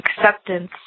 acceptance